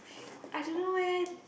I don't know when